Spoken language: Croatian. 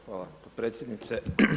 Hvala potpredsjednice.